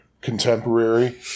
contemporary